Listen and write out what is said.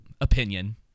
Opinion